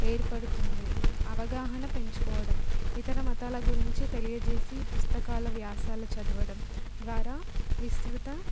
ఏర్పడుతుంది అవగాహన పెంచుకోవడం ఇతర మతాల గురించి తెలియచేసి పుస్తకాల వ్యాసాలు చదవడం ద్వారా విస్తృత